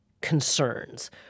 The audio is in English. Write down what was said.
concerns